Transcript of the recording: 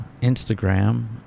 Instagram